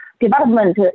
development